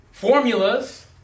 formulas